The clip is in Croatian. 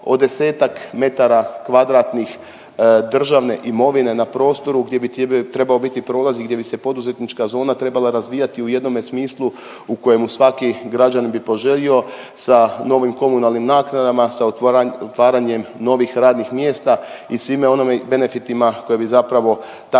o desetak metara kvadratnih državne imovine na prostoru gdje bi trebao biti prolaznik, gdje bi se poduzetnička zona trebala razvijati u jednome smislu u kojemu svaki građanin bi poželio sa novim komunalnim naknadama, sa otvaranjem novih radnih mjesta i svim onim benefitima koje bi zapravo takva